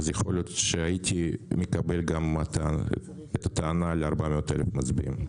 אז יכול להיות שהיית מקבל גם את הטענה ל-400,000 מצביעים.